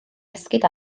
esgid